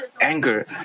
anger